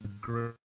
great